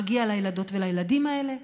מגיע לילדות ולילדים האלה,